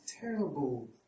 terrible